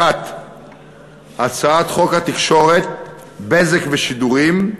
1. הצעת חוק התקשורת (בזק ושידורים)